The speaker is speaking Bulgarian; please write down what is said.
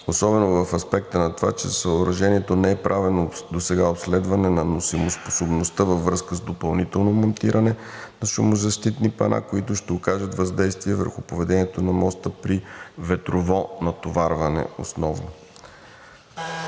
особено в аспекта на това, че на съоръжението не е правено обследване на носимоспособността във връзка с допълнително монтиране на шумозащитни пана, които ще окажат въздействие върху поведението на моста основно при ветрово натоварване.